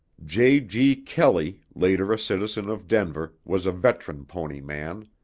j. g. kelley, later a citizen of denver, was a veteran pony man.